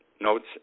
notes